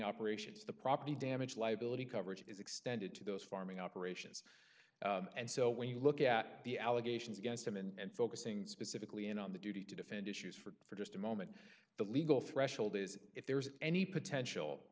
operations the property damage liability coverage is extended to those farming operations and so when you look at the allegations against him and focusing specifically in on the duty to defend issues for just a moment the legal threshold is if there's any potential